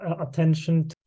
attention